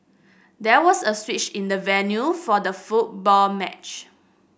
there was a switch in the venue for the football match